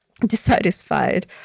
dissatisfied